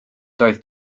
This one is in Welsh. doedd